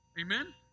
Amen